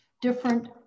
different